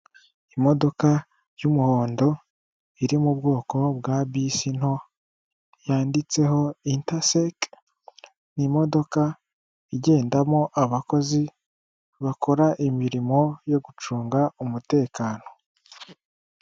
Imodoka y'umuhondo iri mu bwoko bwa bisi nto yanditseho intaseke, ni imodoka igendamo abakozi bakora imirimo yo gucunga umutekano.